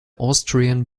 austrian